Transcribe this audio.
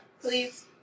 Please